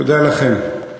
תודה לכם.